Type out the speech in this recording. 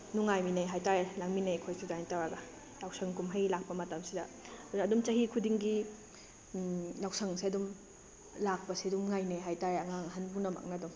ꯅꯨꯡꯉꯥꯏꯃꯤꯟꯅꯩ ꯍꯥꯏꯇꯥꯔꯦ ꯂꯥꯡꯃꯤꯟꯅꯩ ꯑꯩꯈꯣꯏꯁꯦ ꯑꯗꯨꯃꯥꯏꯅ ꯇꯧꯔꯒ ꯌꯥꯎꯁꯪ ꯀꯨꯝꯍꯩ ꯂꯥꯛꯄ ꯃꯇꯝꯁꯤꯗ ꯑꯗꯨꯝ ꯆꯍꯤ ꯈꯨꯗꯤꯡꯒꯤ ꯌꯥꯎꯁꯪꯁꯦ ꯑꯗꯨꯝ ꯂꯥꯛꯄꯁꯦ ꯑꯗꯨꯝ ꯉꯥꯏꯅꯩ ꯍꯥꯏꯇꯥꯔꯦ ꯑꯉꯥꯡ ꯑꯍꯜ ꯄꯨꯝꯅꯃꯛꯅ ꯑꯗꯨꯝ